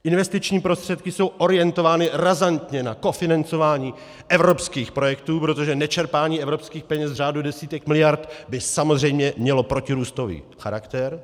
Investiční prostředky jsou orientovány razantně na kofinancování evropských projektů, protože nečerpání evropských peněz v řádu desítek miliard by samozřejmě mělo protirůstový charakter.